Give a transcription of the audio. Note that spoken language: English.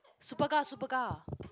Superga Superga